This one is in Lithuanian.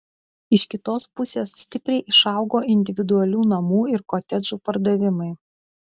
iš kitos pusės stipriai išaugo individualių namų ir kotedžų pardavimai